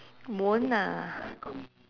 won't ah